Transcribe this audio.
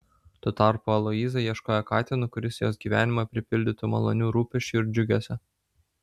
tuo tarpu aloyza ieškojo katino kuris jos gyvenimą pripildytų malonių rūpesčių ir džiugesio